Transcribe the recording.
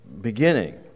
beginning